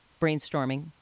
brainstorming